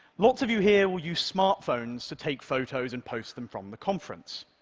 lots of you here will use smartphones to take photos and post them from the conference.